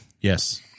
Yes